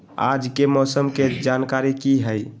आज के मौसम के जानकारी कि हई?